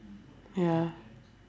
ya